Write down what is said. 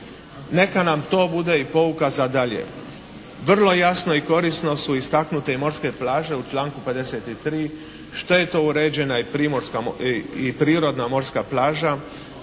Neka nam to bude i pouka za dalje. Vrlo jasno i korisno su istaknute i morske plaže u članku 53. što je to uređena i primorska,